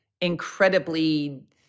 incredibly